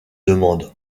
demande